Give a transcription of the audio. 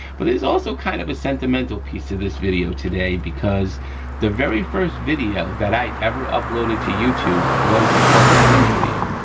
but there's also kind of a sentimental piece of this video today because the very first video that i ever uploaded to youtube was the perfect pins video.